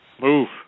Move